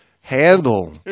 handle